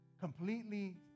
completely